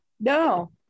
No